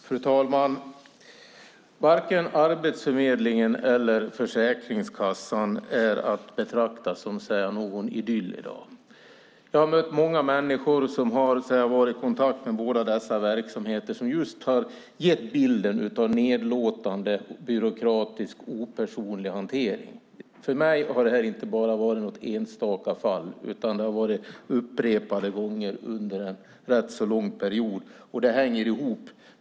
Fru talman! Varken Arbetsförmedlingen eller Försäkringskassan är i dag att betrakta som någon idyll. Jag har mött många människor som varit i kontakt med båda dessa verksamheter och som gett bilden av en nedlåtande, byråkratisk och opersonlig hantering. För mig framstår det här inte som bara något enstaka fall, utan upprepade gånger under en rätt så lång period har det varit på nämnda sätt.